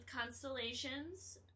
Constellations